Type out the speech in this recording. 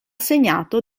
segnato